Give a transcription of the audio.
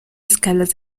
escalas